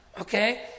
okay